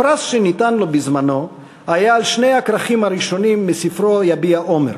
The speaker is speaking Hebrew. הפרס ניתן לו בזמנו על שני הכרכים הראשונים מספרו "יביע אומר",